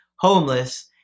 homeless